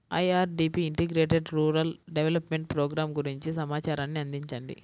IRDP integrated rural development programme గురించి సమాచారాన్ని అందించండి?